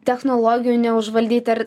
technologijų neužvaldyti ar